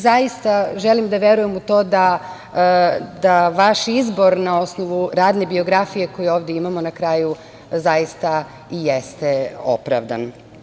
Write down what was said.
Zaista želim da verujem u to da vaš izbor na osnovu radne biografije koju ovde imamo na kraju zaista i jeste opravdan.